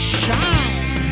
shine